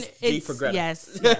Yes